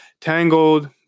tangled